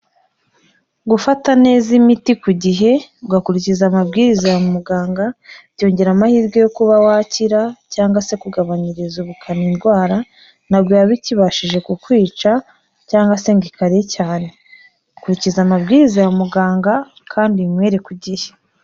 Gufata neza imiti ku gihe ugakurikiza amabwiriza ya muganga byongera amahirwe yo kuba wakira cyangwa se kugabanyiriza ubukana indwara ntabwo yaba bikibashije kukwica cyangwa se ngo ikare cyane, kurikikiza amabwiriza ya muganga kandi uyinywere ku gihe.